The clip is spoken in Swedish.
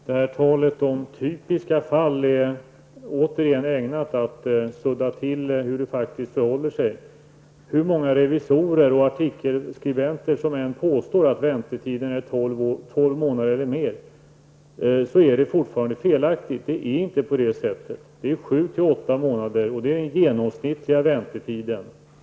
Herr talman! Talet om typiska fall är återigen ägnat att göra bilden suddig av hur det faktiskt förhåller sig. Hur många revisorer och artikelskribenter det än är som påstår att väntetiden är tolv månader eller mer, så är det fortfarande en felaktig uppgift. Det förhåller sig nämligen inte på det sättet. Det rör sig om en genomsnittlig väntetid på sju åtta månader.